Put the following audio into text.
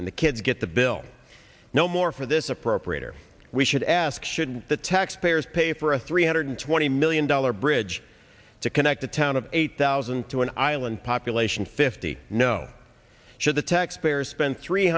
and the kids get the bill no more for this appropriator we should ask should the taxpayers pay for a three hundred twenty million dollar bridge to connect the town of eight thousand to an island population fifty no should the taxpayers spend three